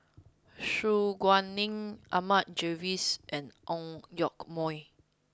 Su Guaning Ahmad Jais and Ang Yoke Mooi